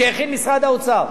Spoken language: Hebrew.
שהכין משרד האוצר.